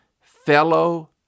fellow